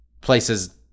places